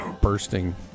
bursting